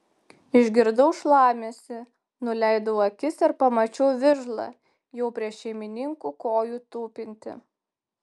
išgirdau šlamesį nuleidau akis ir pamačiau vižlą jau prie šeimininko kojų tupintį